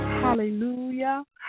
hallelujah